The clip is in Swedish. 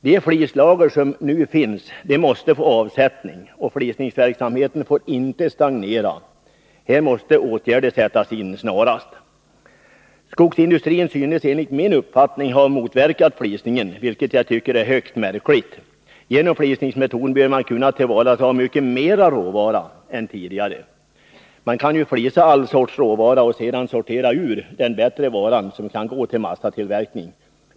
De flislager som nu finns måste få avsättning — flisningsverksamheten får inte stagnera. Här måste åtgärder sättas in snarast. Skogsindustrin synes enligt min uppfattning ha motverkat flisningen, vilket jag tycker är högst märkligt. Genom flisningsmetoden bör man kunna tillvarata mycket mera råvara än tidigare. Man kan ju flisa all sorts råvara och «sedan sortera ut den bättre varan, som kan gå till massatillverkning.